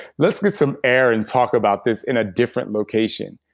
let's get some air and talk about this in a different location.